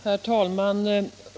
Herr talman!